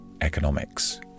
economics